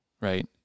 right